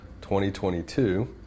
2022